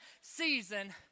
season